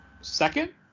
second